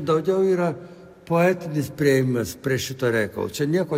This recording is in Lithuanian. daugiau yra poetinis priėjimas prie šito reikalo čia nieko